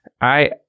I-